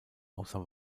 außer